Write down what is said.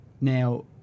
Now